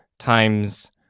times